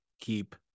keep